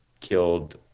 killed